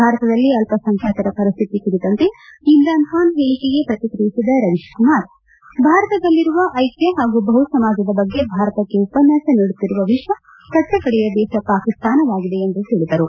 ಭಾರತದಲ್ಲಿ ಅಲ್ಪಸಂಬ್ಯಾತರ ಪರಿಸ್ಹಿತಿ ಕುರಿತಂತೆ ಇಮ್ರಾನ್ವಾ ನ್ ಹೇಳಕೆಗೆ ಪ್ರತಿಕ್ರಿಯಿಸಿದ ರವೀಶ್ ಕುಮಾರ್ ಭಾರತದಲ್ಲಿರುವ ಐಕ್ಕ ಹಾಗೂ ಬಹುಸಮಾಜದ ಬಗ್ಗೆ ಭಾರತಕ್ಕೆ ಉಪನ್ಥಾಸ ನೀಡುತ್ತಿರುವ ವಿಶ್ವ ಕಟ್ಟಕಡೆಯ ದೇಶ ಪಾಕಿಸ್ತಾನವಾಗಿದೆ ಎಂದು ಹೇಳಿದರು